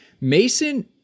Mason